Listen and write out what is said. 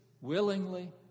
willingly